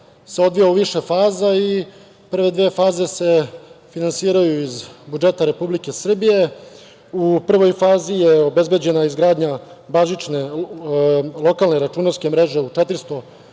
se odvija u više faza i prve dve faze se finansiraju iz budžeta Republike Srbije. U prvoj fazi je obezbeđena izgradnja bazične lokalne računarske mreže u 400 matičnih